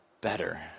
better